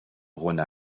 rhône